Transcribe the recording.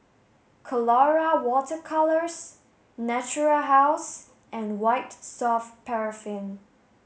Colora Water Colours Natura House and White soft paraffin